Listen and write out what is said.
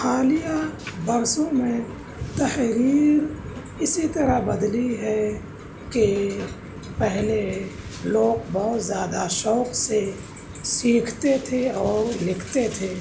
حالیہ برسوں میں تحریر اسی طرح بدلی ہے کہ پہلے لوگ بہت زیادہ شوق سے سیکھتے تھے اور لکھتے تھے